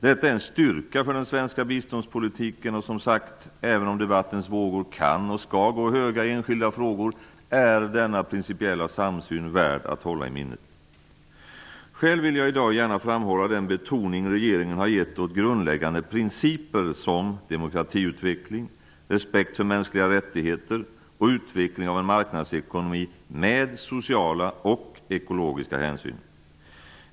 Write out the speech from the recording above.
Detta är en styrka för den svenska biståndspolitiken. Och, som sagt, även om debattens vågor kan, och skall, gå höga i enskilda frågor är denna principiella samsyn värd att hålla i minnet. Själv vill jag i dag gärna framhålla den betoning regeringen har gett åt grundläggande principer som demokratiutveckling, respekt för mänskliga rättigheter och utveckling av en marknadsekonomi med sociala och ekologiska hänsyn.